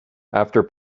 after